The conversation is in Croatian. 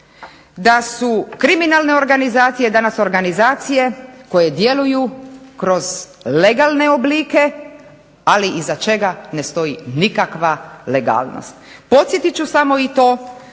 da su kriminalne organizacije danas organizacije koje djeluju kroz legalne oblike, ali iza čega ne stoji nikakva legalnost. Podsjetit ću samo i to